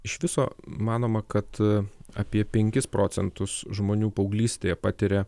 iš viso manoma kad apie penkis procentus žmonių paauglystėje patiria